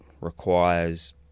requires